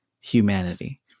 humanity